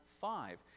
five